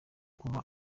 kuva